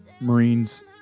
Marines